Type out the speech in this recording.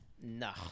Nah